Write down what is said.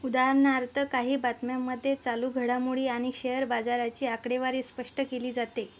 उदाहरणार्थ काही बातम्यांमध्ये चालू घडामोडी आणि शेअर बाजाराची आकडेवारी स्पष्ट केली जाते